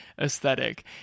aesthetic